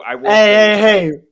hey